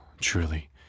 truly